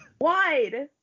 Wide